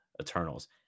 Eternals